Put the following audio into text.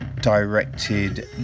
directed